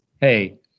Hey